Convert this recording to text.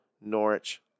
Norwich